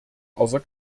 außer